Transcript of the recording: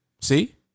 See